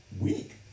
week